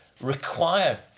require